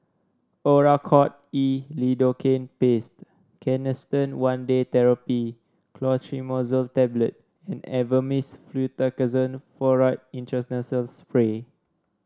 Oracort E Lidocaine Paste Canesten One Day Therapy Clotrimazole Tablet and Avamys Fluticasone Furoate Intranasal Spray